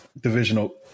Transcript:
divisional